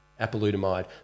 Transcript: apalutamide